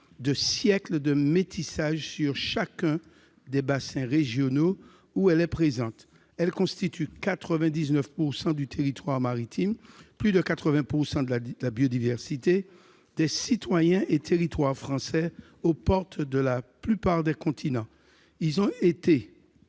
de siècles de métissage sur chacun des bassins régionaux où elle est présente. Elle constitue 99 % du territoire maritime et plus de 80 % de la biodiversité de notre pays. Les outre-mer, ce sont des citoyens et des territoires français aux portes de la plupart des continents. Ils ont été,